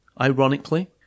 Ironically